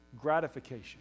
gratification